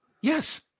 Yes